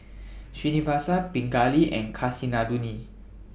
Srinivasa Pingali and Kasinadhuni